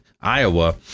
Iowa